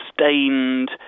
sustained